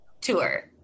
Tour